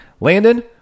Landon